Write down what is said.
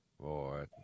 Boy